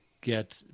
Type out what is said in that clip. get